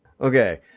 Okay